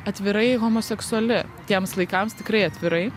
atvirai homoseksuali tiems laikams tikrai atvirai